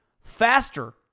faster